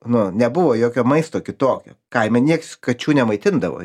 nu nebuvo jokio maisto kitokio kaime nieks kačių nemaitindavo